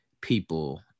people